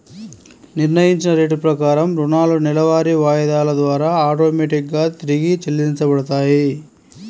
నిర్ణయించిన రేటు ప్రకారం రుణాలు నెలవారీ వాయిదాల ద్వారా ఆటోమేటిక్ గా తిరిగి చెల్లించబడతాయి